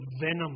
venom